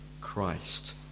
Christ